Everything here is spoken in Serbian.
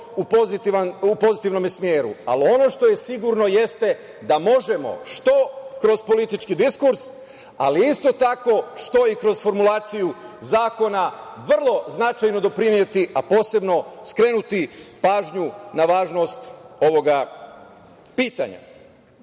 u pozitivnom smeru, ali ono što je sigurno jeste da možemo što kroz politički diskurs, ali isto tako, što i kroz formulaciju zakona, vrlo značajno doprineti, a posebno skrenuti pažnju na važnost ovog pitanja. Dakle,